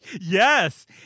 Yes